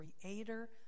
creator